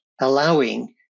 allowing